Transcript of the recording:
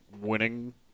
winning